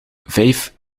vijf